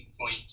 point